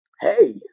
hey